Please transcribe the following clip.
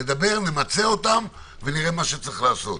נמצה אותם ונראה מה יש לעשות.